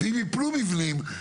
אם יפלו מבנים,